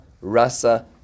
Rasa